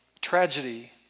tragedy